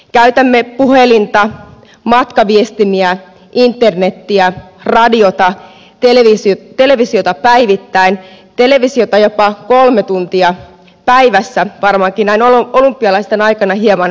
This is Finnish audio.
käytämme puhelinta matkaviestimiä internetiä radiota televisiota päivittäin televisiota jopa kolme tuntia päivässä varmaankin näin olympialaisten aikana hieman enemmän